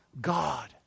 God